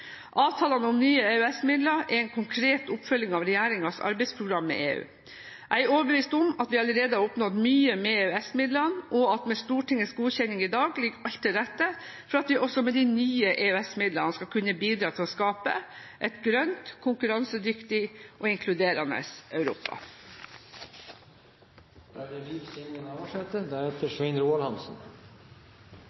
Avtalene om nye EØS-midler er en konkret oppfølgning av regjeringens arbeidsprogram for samarbeid med EU. Jeg er overbevist om at vi allerede har oppnådd mye med EØS-midlene, og at med Stortingets godkjenning i dag ligger alt til rette for at vi også med de nye EØS-midlene skal kunne bidra til å skape et grønt, konkurransedyktig og inkluderende